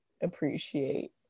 appreciate